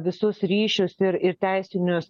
visus ryšius ir ir teisinius